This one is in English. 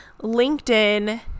LinkedIn